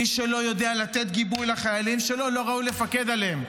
מי שלא יודע לתת גיבוי לחיילים שלו לא ראוי לפקד עליהם.